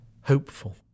hopeful